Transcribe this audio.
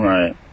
Right